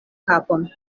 kapon